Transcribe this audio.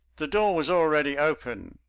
the door was already opened.